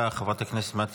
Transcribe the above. חבר הכנסת רם בן ברק,